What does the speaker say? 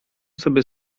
sobie